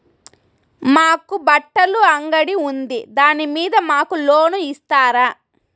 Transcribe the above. మాకు బట్టలు అంగడి ఉంది దాని మీద మాకు లోను ఇస్తారా